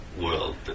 world